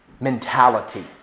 mentality